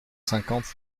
cinquante